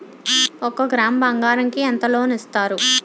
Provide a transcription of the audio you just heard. ఒక గ్రాము బంగారం కి ఎంత లోన్ ఇస్తారు?